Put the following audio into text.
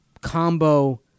combo